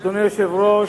אדוני היושב-ראש,